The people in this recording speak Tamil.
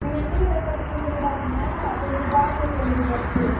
நீங்கள் அதிக ரேட் அதுக்குன்னு சொல்லிவிடாதீங்க கொஞ்சம் பார்த்தே சொல்லுங்கள் குறச்சி